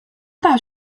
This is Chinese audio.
大学